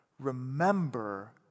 Remember